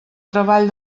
treball